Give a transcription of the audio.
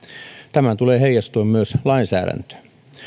tämän tulee heijastua myös lainsäädäntöön